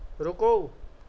ਰੁਕੋ